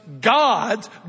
God's